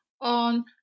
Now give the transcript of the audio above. on